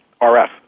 RF